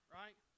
right